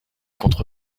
contre